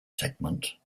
segment